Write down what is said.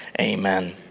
amen